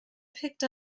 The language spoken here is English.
picked